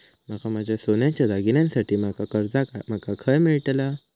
माका माझ्या सोन्याच्या दागिन्यांसाठी माका कर्जा माका खय मेळतल?